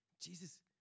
Jesus